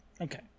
okay